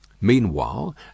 Meanwhile